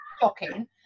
shocking